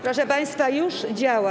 Proszę państwa, już działa.